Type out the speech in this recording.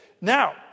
Now